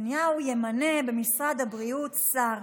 נתניהו ימנה במשרד הבריאות שר.